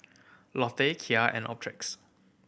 Lotte Kia and Optrex